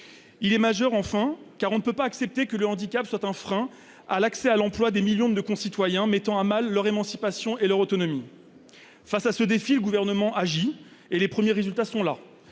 Il est majeur enfin, car on ne peut pas accepter que le handicap soit un frein à l'accès à l'emploi de millions de concitoyens, mettant à mal leur émancipation et leur autonomie. Face à ce défi, le Gouvernement agit et les premiers résultats sont là.